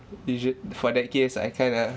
you should for that case I kind of